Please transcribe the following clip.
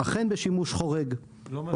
בשימוש חורג, אכן.